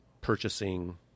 purchasing